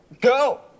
Go